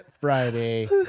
Friday